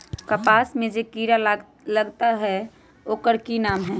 कपास में जे किरा लागत है ओकर कि नाम है?